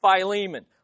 Philemon